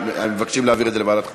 הם מבקשים להעביר את זה לוועדת חוקה.